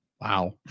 Wow